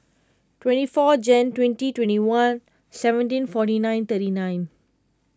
twenty four Jan twenty twenty one seventeen forty nine thirty nine